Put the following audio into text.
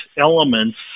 elements